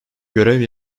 görev